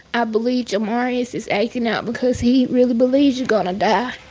i believe jamarius is acting out because he really believes you're going and